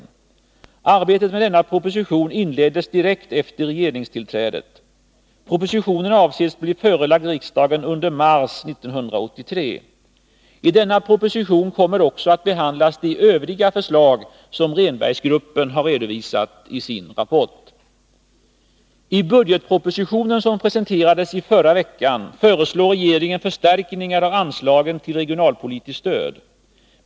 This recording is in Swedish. Arbetet med denna proposition inleddes direkt efter regeringstillträdet. Propositionen avses bli förelagd riksdagen under mars 1983. I denna proposition kommer även de övriga förslag som Rehnbergsgruppen har redovisat i sin rapport att behandlas. I budgetpropositionen, som presenterades i förra veckan, föreslår regeringen förstärkningar av anslagen till regionalpolitiskt stöd.